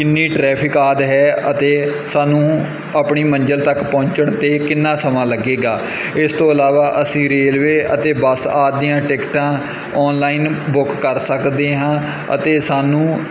ਕਿੰਨੀ ਟਰੈਫਿਕ ਆਦਿ ਹੈ ਅਤੇ ਸਾਨੂੰ ਆਪਣੀ ਮੰਜ਼ਿਲ ਤੱਕ ਪਹੁੰਚਣ ਤੇ ਕਿੰਨਾ ਸਮਾਂ ਲੱਗੇਗਾ ਇਸ ਤੋਂ ਇਲਾਵਾ ਅਸੀਂ ਰੇਲਵੇ ਅਤੇ ਬੱਸ ਆਦਿ ਦੀਆਂ ਟਿਕਟਾਂ ਔਨਲਾਈਨ ਬੁੱਕ ਕਰ ਸਕਦੇ ਹਾਂ ਅਤੇ ਸਾਨੂੰ